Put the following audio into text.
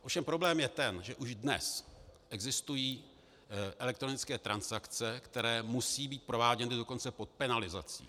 Ovšem problém je ten, že už dnes existují elektronické transakce, které musejí být prováděny dokonce pod penalizací.